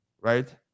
right